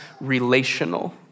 relational